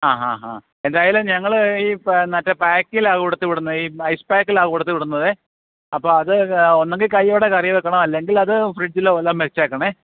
ആ ഹാ ഹാ എന്തായാലും ഞങ്ങൾ ഈ മറ്റേ പാക്കിലാണ് കൊടുത്തു വിടുന്നത് ഈ ഐസ് പാക്കിലാണ് കൊടുത്ത് വിടുന്നത് അപ്പോൾ അത് ഒന്നുകിൽ കൈയ്യോടെ കറി വയ്ക്കണം അല്ലെങ്കിൽ അത് ഫ്രിഡ്ജിലൊ വല്ലതും വച്ചേക്കണം